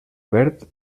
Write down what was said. verd